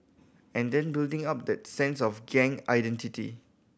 and then building up that sense of gang identity